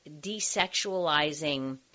desexualizing